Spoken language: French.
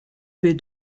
baie